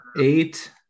Eight